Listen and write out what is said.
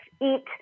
eat